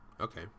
Okay